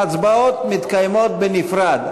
ההצבעות מתקיימות בנפרד,